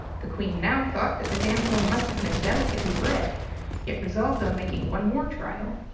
the queen now thought that the damsel must have been delicately bred yet resolved on making one more trial.